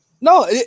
no